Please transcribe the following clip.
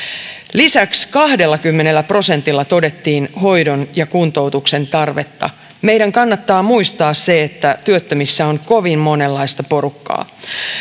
lisäksi kahdellakymmenellä prosentilla todettiin hoidon ja kuntoutuksen tarvetta meidän kannattaa muistaa se että työttömissä on kovin monenlaista porukkaa